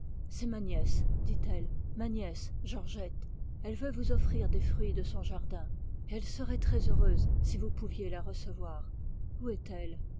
c'est ma nièce dit-elle ma nièce georgette elle veut vous offrir des fruits de son jardin et elle serait très heureuse si vous pouviez la recevoir où est-elle